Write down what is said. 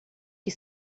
que